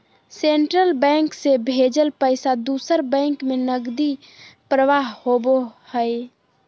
central bank से भेजल पैसा दूसर बैंक में नकदी प्रवाह होबो हइ